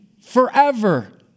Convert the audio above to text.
forever